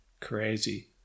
Crazy